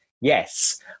yes